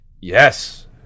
Yes